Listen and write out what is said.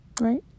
Right